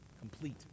Complete